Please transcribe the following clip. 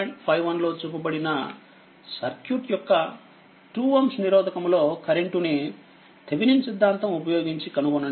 51 లో చూపబడిన సర్క్యూట్ యొక్క 2 Ω నిరోధకము లో కరెంటుని థేవినిన్ సిద్ధాంతం ఉపయోగించి కనుగొనండి